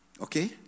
Okay